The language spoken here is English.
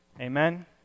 Amen